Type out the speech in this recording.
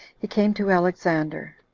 he came to alexander